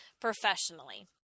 professionally